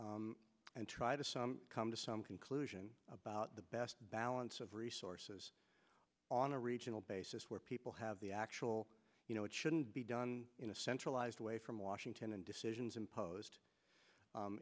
try to some come to some conclusion about the best balance of resources on a regional basis where people have the actual you know it shouldn't be done in a centralized way from washington and decisions